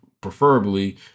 preferably